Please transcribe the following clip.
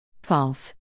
false